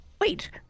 Wait